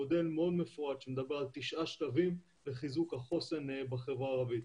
מודל מאוד מפורט שמדבר על תשעה שלבים לחיזוק החוסן בחברה הערבית.